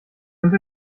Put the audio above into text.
haben